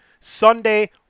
Sunday